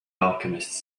alchemist